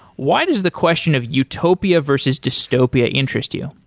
why does the question of utopia versus dystopia interest you?